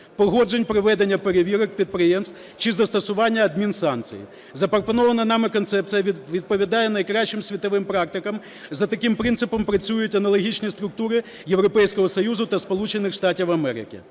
погоджень проведення перевірок підприємств чи застосування адмінсанкцій. Запропонована нами концепція відповідає найкращим світовим практикам. За таким принципом працюють аналогічні структури Європейського Союзу та